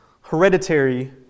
hereditary